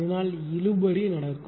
அதனால் இழுபறி நடக்கும்